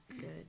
good